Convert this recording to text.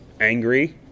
angry